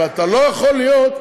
אבל אתה לא יכול להיות,